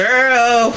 Girl